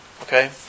Okay